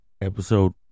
Episode